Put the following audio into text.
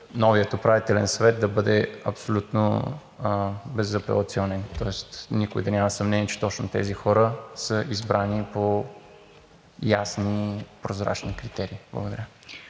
новият Управителен съвет да бъде абсолютно безапелационен, тоест никой да няма съмнение, че точно тези хора са избрани по ясни и прозрачни критерии. Благодаря.